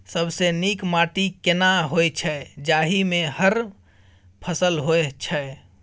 सबसे नीक माटी केना होय छै, जाहि मे हर फसल होय छै?